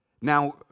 Now